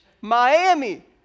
Miami